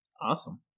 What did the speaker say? Awesome